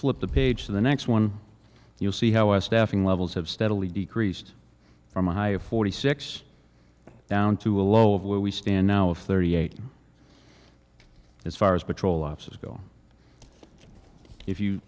flip the page to the next one you'll see how our staffing levels have steadily decreased from a high of forty six down to a low of where we stand now thirty eight as far as patrol officers go if you